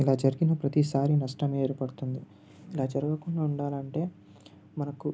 ఇలా జరిగిన ప్రతీసారి నష్టం ఏర్పడుతుంది ఇలా జరగకుండా ఉండాలంటే మనకు